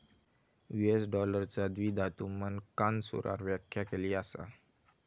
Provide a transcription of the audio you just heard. US डॉलरचा द्विधातु मानकांनुसार व्याख्या केली असा